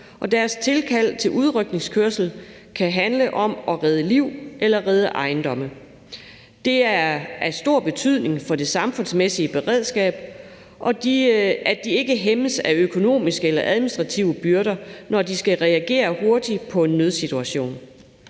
og deres tilkald til udrykningskørsel kan handle om at redde liv eller at redde ejendom. Det er af stor betydning for det samfundsmæssige redskab, at de ikke hæmmes af økonomiske eller administrative byrder, når de skal reagere hurtigt på en nødsituation.